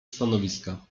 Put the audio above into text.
stanowiska